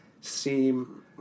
seem